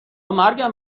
مرگم